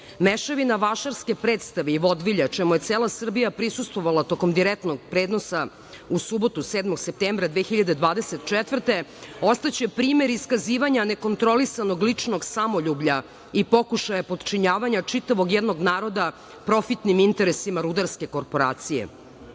Srbije.Mešavina vašarske predstave i vodvilja, čemu je cela Srbija prisustvovala tokom direktnog prenosa, u subotu 7. septembra 2024. godine, ostaće primer iskazivanja nekontrolisanog ličnog samoljublja i pokušaja potčinjavanja čitavog jednog naroda profitnim interesima rudarske korporacije.